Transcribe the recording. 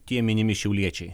tie minimi šiauliečiai